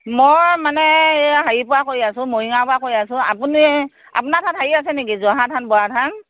মই মানে এয়া হেৰিৰ পৰা কৈ আছোঁ মৰিগাঁৱৰ পৰা কৈ আছোঁ আপুনি আপোনাৰ তাত হেৰি আছে নেকি জহা ধান বৰা ধান